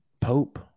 Pope